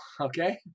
Okay